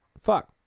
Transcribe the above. Fuck